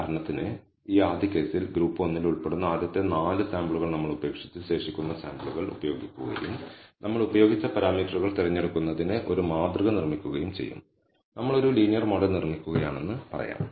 ഉദാഹരണത്തിന് ഈ ആദ്യ കേസിൽ ഗ്രൂപ്പ് ഒന്നിൽ ഉൾപ്പെടുന്ന ആദ്യത്തെ 4 സാമ്പിളുകൾ നമ്മൾ ഉപേക്ഷിച്ച് ശേഷിക്കുന്ന സാമ്പിളുകൾ ഉപയോഗിക്കുകയും നമ്മൾ ഉപയോഗിച്ച പാരാമീറ്ററുകൾ തിരഞ്ഞെടുക്കുന്നതിന് ഒരു മാതൃക നിർമ്മിക്കുകയും ചെയ്യും നമ്മൾ ഒരു ലീനിയർ മോഡൽ നിർമ്മിക്കുകയാണെന്ന് പറയാം